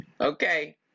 Okay